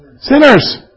Sinners